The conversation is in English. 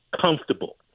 comfortable